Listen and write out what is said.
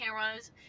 cameras